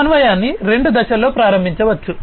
సమన్వయాన్ని రెండు దశల్లో ప్రారంభించవచ్చు